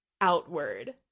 outward